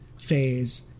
phase